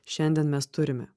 šiandien mes turime